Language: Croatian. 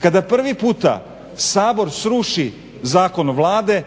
kada prvi puta Sabor sruši zakon Vlade